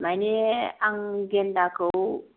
मानि आं गेन्दा खौ